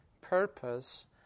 purpose